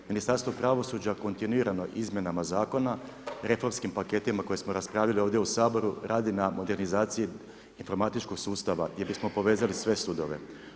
Ministarstvo pravosuđa kontinuirano izmjenama zakona, reformskim paketima koje smo raspravili ovdje u Saboru radi na modernizaciji informatičkog sustava jer bismo povezali sve sudove.